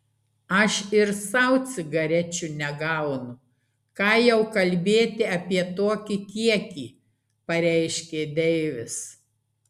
aš ir sau cigarečių negaunu ką jau kalbėti apie tokį kiekį pareiškė deivis